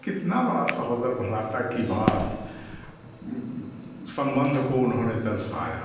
कितना बड़ा सहोदर भ्राता की बात संबंध को उन्होंने दर्शाया